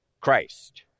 Christ